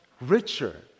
richer